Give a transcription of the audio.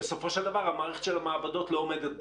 בסופו של דבר המערכת של המעבדות לא עומדת בזה.